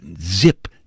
zip